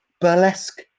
burlesque